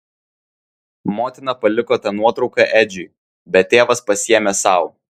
motina paliko tą nuotrauką edžiui bet tėvas pasiėmė sau